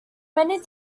many